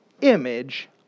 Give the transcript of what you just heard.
image